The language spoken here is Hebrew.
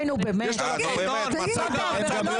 הם גם לא